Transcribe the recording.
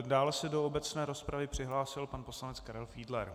Dále se do obecné rozpravy přihlásil pan poslanec Karel Fiedler.